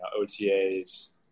OTAs